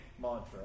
mantra